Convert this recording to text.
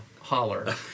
Holler